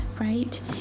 right